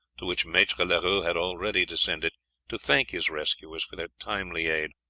to which maitre leroux had already descended to thank his rescuers for their timely aid.